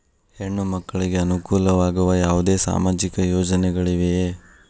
ಹೆಣ್ಣು ಮಕ್ಕಳಿಗೆ ಅನುಕೂಲವಾಗುವ ಯಾವುದೇ ಸಾಮಾಜಿಕ ಯೋಜನೆಗಳಿವೆಯೇ?